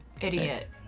Idiot